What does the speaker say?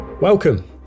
Welcome